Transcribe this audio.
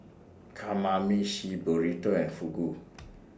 Kamameshi Burrito and Fugu